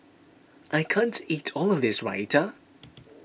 I can't eat all of this Raita